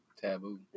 taboo